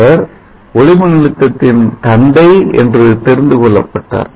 அவர் ஒளி மின்னழுத்தத்தின் தந்தை என்று தெரிந்து கொள்ளப்பட்டார்